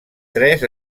tres